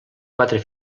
quatre